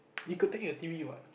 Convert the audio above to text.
you could take your T_V what